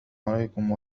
عليكم